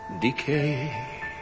decay